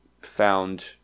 found